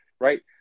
right